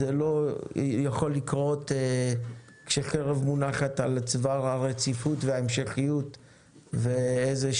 זה לא יכול לקרות כשחרב מונחת על צוואר הרציפות וההמשכיות ושיבוש